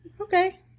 Okay